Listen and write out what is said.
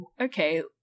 okay